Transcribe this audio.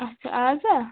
اچھا آزا